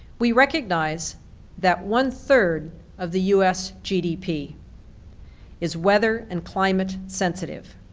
we recognize that one-third of the u s. gdp is weather and climate sensitive.